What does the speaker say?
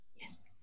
Yes